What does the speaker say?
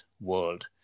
world